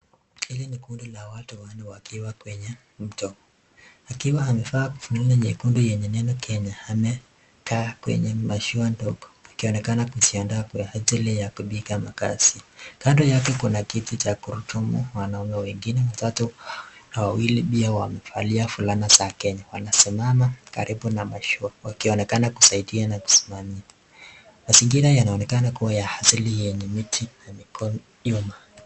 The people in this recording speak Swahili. Hili ni kundi la watu wanaoweka kwenye mto. Akiwa amevaa fulana nyekundu yenye neno Kenya amekaa kwenye mashua ndogo akionekana kujiandaa kwa ajili ya kupiga makasia. Kando yake kuna kiti cha kurutumu. Wanaume wengine watatu, wawili pia wamevalia fulana za Kenya. Wanasimama karibu na mashua wakionekana kusaidia na kusimamia. Mazingira yanaonekana kuwa ya asili yenye miti na mawingu nyuma.